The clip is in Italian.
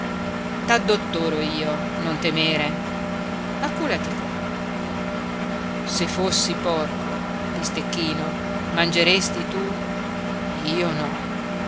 bene t'adotterò io non temere acculati qua se fossi porco bistecchino mangeresti tu io no